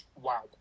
Wow